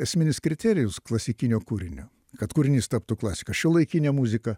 esminis kriterijus klasikinio kūrinio kad kūrinys taptų klasika šiuolaikinė muzika